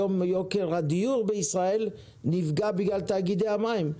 היום יוקר הדיור בישראל נפגע בגלל תאגידי המים.